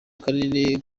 akarere